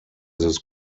this